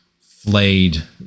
flayed